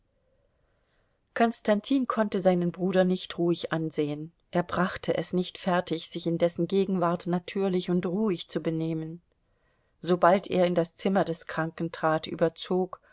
konstantin konnte seinen bruder nicht ruhig ansehen er brachte es nicht fertig sich in dessen gegenwart natürlich und ruhig zu benehmen sobald er in das zimmer des kranken trat überzog